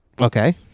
okay